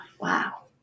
wow